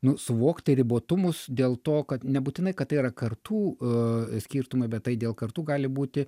nu suvokti ribotumus dėl to kad nebūtinai kad tai yra kartų skirtumai bet tai dėl kartų gali būti